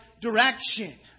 direction